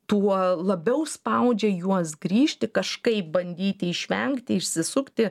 tuo labiau spaudžia juos grįžti kažkaip bandyti išvengti išsisukti